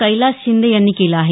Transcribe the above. कैलास शिंदे यांनी केलं आहे